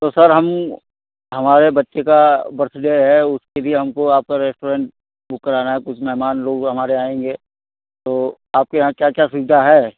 तो सर हम हमारे बच्चे का बर्थडे है उसके लिए हमको आपका रेस्टोरेन्ट बुक कराना है कुछ मेहमान लोग हमारे आएँगे तो आपके यहाँ क्या क्या सुविधा है